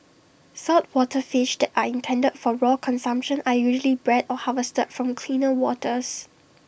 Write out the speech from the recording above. saltwater fish that are intended for raw consumption are usually bred or harvested from cleaner waters